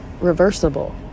reversible